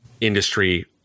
industry